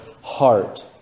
heart